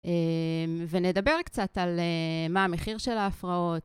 ונדבר קצת על מה המחיר של ההפרעות.